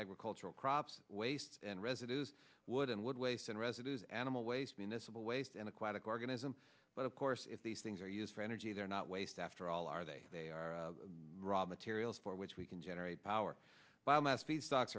agricultural crops waste and residues wood and wood waste and residues animal waste municipal waste and aquatic organism but of course if these things are used for energy they're not waste after all are they they are raw materials for which we can generate power b